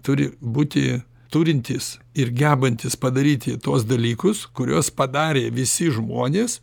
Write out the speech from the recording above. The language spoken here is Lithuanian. turi būti turintys ir gebantys padaryti tuos dalykus kuriuos padarė visi žmonės